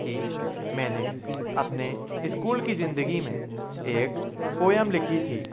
कि मैंने अपने इस्कूल की ज़िंदगी में एक पोएम लिखी थी